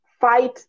fight